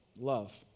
love